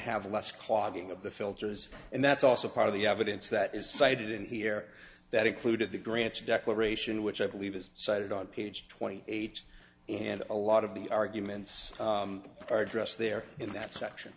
have less clogging of the filters and that's also part of the evidence that is cited in here that included the grants declaration which i believe is cited on page twenty eight and a lot of the arguments are addressed there in that section